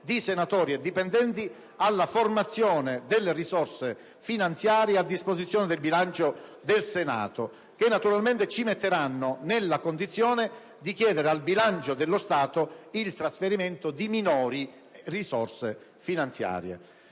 di senatori e dipendenti alla formazione delle risorse finanziarie a disposizione del bilancio del Senato, che naturalmente ci metteranno nella condizione di chiedere al bilancio dello Stato il trasferimento di minori risorse finanziarie.